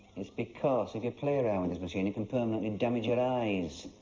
it's because if you play around with this machine, it can permanently damage your eyes.